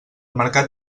mercat